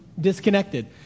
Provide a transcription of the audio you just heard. disconnected